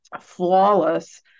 flawless